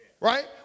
right